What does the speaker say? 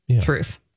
truth